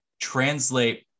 translate